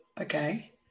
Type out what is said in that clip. Okay